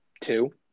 two